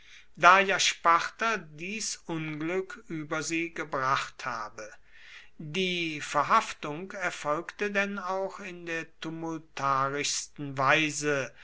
da ja sparta dies unglück über sie gebracht habe die verhaftung erfolgte denn auch in der tumultuarischsten weise